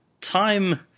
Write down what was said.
time